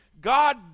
God